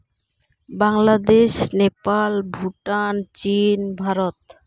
Bangladesh Nepal Bhutan Chin Bharat